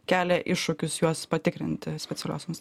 kelia iššūkius juos patikrinti specialiosioms